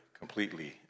completely